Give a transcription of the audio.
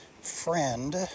friend